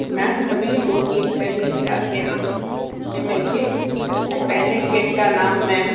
ma'am हमें दो cake चाहिए थे आपके यहाँ से एम एल के जिसमें पहले केक का नाम मैम